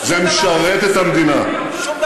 זה משרת את המדינה, שום דבר.